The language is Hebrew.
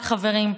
חברים,